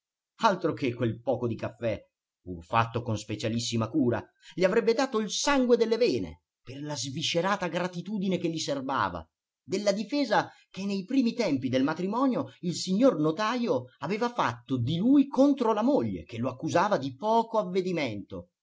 altro che quel poco di caffè pur fatto con specialissima cura gli avrebbe dato il sangue delle vene per la sviscerata gratitudine che gli serbava della difesa che nei primi tempi del matrimonio il signor notajo aveva fatto di lui contro la moglie che lo accusava di poco avvedimento